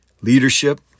leadership